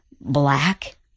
black